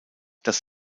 das